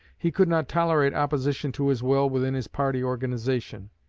he could not tolerate opposition to his will within his party organization.